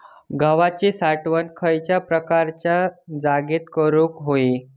गव्हाची साठवण खयल्या प्रकारच्या जागेत करू होई?